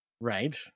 right